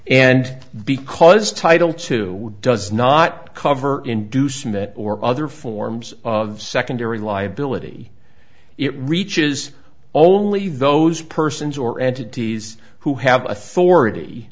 and because title two does not cover inducement or other forms of secondary liability it reaches only those persons or entities who have authority